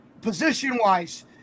position-wise